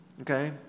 Okay